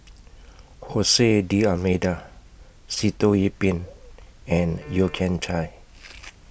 Jose D'almeida Sitoh Yih Pin and Yeo Kian Chai